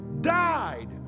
died